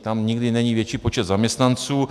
Tam nikdy není větší počet zaměstnanců.